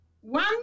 one